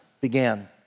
began